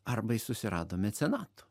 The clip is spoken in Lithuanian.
arba jis susirado mecenatų